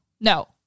no